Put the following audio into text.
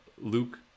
Luke